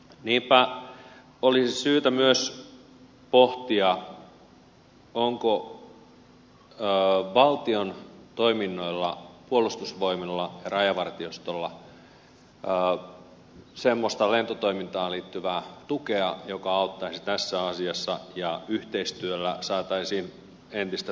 niinpä olisi syytä myös pohtia onko valtion toiminnoilla puolustusvoimilla ja rajavartiostolla semmoista lentotoimintaan liittyvää tukea joka auttaisi tässä asiassa ja yhteistyöllä saataisiin entistä toimivampi tuote